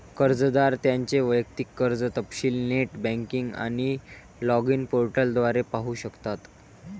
कर्जदार त्यांचे वैयक्तिक कर्ज तपशील नेट बँकिंग आणि लॉगिन पोर्टल द्वारे पाहू शकतात